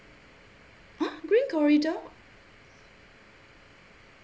ah green corridor